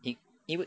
因因为